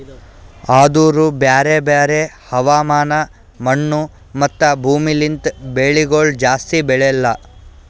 ಆದೂರು ಬ್ಯಾರೆ ಬ್ಯಾರೆ ಹವಾಮಾನ, ಮಣ್ಣು, ಮತ್ತ ಭೂಮಿ ಲಿಂತ್ ಬೆಳಿಗೊಳ್ ಜಾಸ್ತಿ ಬೆಳೆಲ್ಲಾ